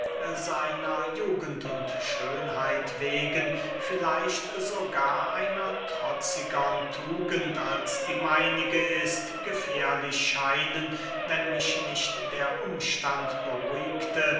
seiner jugend und schönheit wegen vielleicht sogar einer trotzigern tugend als die meinige ist gefährlich scheinen wenn mich nicht der umstand beruhigte